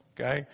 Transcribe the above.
Okay